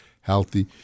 healthy